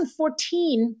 2014